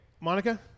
Monica